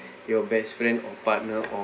your best friend or partner